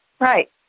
Right